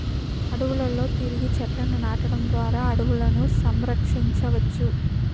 అడవులలో తిరిగి చెట్లను నాటడం ద్వారా అడవులను సంరక్షించవచ్చు